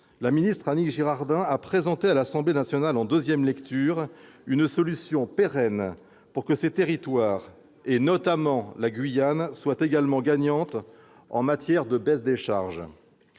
La ministre Annick Girardin a présenté à l'Assemblée nationale, en nouvelle lecture, une solution pérenne pour que ces territoires, notamment la Guyane, soient également gagnants en matière de baisse de charges.